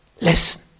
Listen